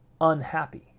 unhappy